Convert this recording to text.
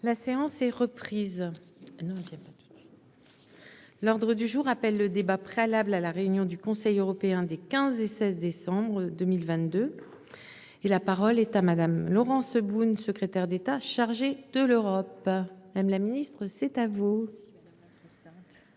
Non c'est pas de. L'ordre du jour appelle le débat préalable à la réunion du Conseil européen des 15 et 16 décembre 2022. Et la parole est à madame Laurence Boone, secrétaire d'État chargé de l'Europe. M.. La ministre, c'est à vous.--